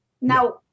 Now